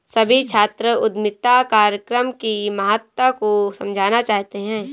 सभी छात्र उद्यमिता कार्यक्रम की महत्ता को समझना चाहते हैं